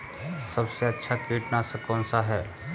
सबसे अच्छा कीटनाशक कौनसा है?